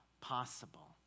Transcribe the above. possible